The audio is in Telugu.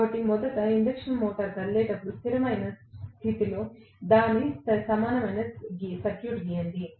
కాబట్టి మొదట ఇండక్షన్ మోటారు యొక్క కదిలేటప్పుడు స్థిరమైన స్థితిలో దాని సమానమైన సర్క్యూట్ను గీయండి